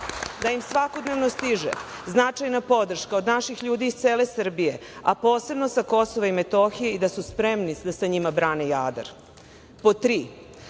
da im svakodnevno stiže značajna podrška od naših ljudi iz cele Srbije, a posebno sa Kosova i Metohije i da su spremni da sa njima brane Jadar;